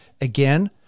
Again